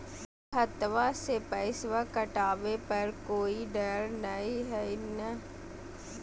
खतबा से पैसबा कटाबे पर कोइ डर नय हय ना?